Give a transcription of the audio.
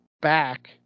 back